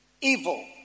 Evil